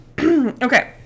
okay